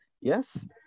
Yes